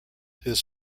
his